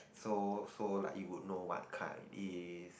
so so like you would know what card it is